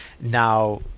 now